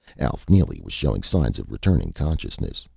alf neely was showing signs of returning consciousness.